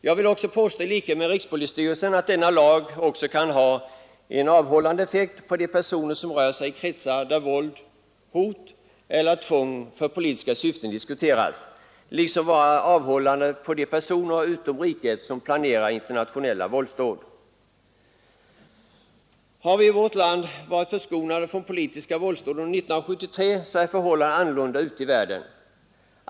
Jag vill i likhet med rikspolisstyrelsen påstå att denna lag också kan ha en avhållande effekt på de personer som rör sig i kretsar där våld, hot eller tvång för politiska syften diskuteras, liksom vara avhållande på de personer utom riket som planerar internationella våldsdåd. Har vi i vårt land varit förskonade från politiska våldsdåd under 1973 så är förhållandena ute i världen andra.